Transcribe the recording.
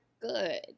good